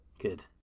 good